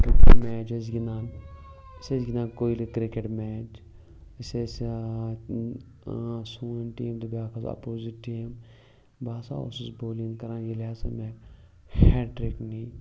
match ٲسۍ گِنٛدان أسۍ ٲسۍ گِنٛدان کویلہِ کِرٛکَٹ میچ أسۍ ٲسۍ سون ٹیٖم تہٕ بیٛاکھ ٲس اَپوزِٹ ٹیٖم بہٕ ہَسا اوسُس بولِنٛگ کَران ییٚلہِ ہَسا مےٚ ہیٹرِک نی